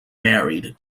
married